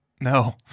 No